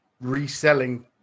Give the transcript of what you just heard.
reselling